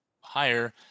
higher